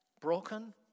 broken